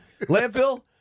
Landfill